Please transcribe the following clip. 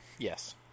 Yes